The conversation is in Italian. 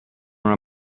una